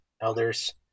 elders